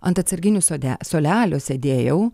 ant atsarginių sode suolelio sėdėjau